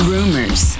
Rumors